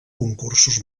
concursos